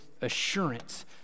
assurance